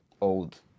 old